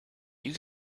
you